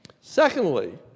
Secondly